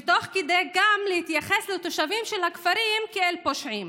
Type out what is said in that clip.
ותוך כדי כך גם להתייחס לתושבי כפרים כאל פושעים.